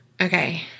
Okay